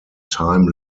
time